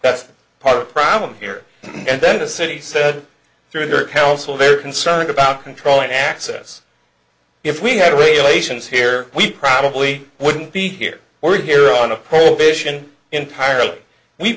that's part of the problem here and then the city said through their council they're concerned about controlling access if we had relations here we probably wouldn't be here or here on a prohibition entirely we